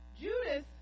Judas